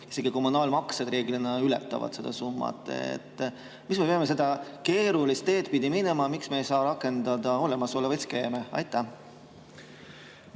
isegi kommunaalmaksed reeglina ületavad. Miks me peame seda keerulist teed pidi minema? Miks me ei saa rakendada olemasolevaid skeeme? Aitäh,